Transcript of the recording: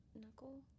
Knuckle